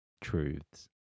truths